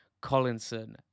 Collinson